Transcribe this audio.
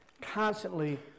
constantly